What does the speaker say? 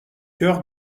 coeur